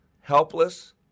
helpless